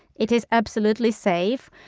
it is absolutely safe.